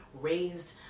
raised